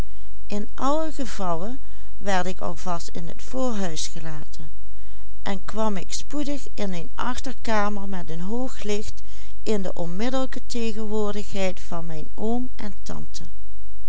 en kwam ik spoedig in een achterkamer met een hoog licht in de onmiddellijke tegenwoordigheid van mijn oom en tante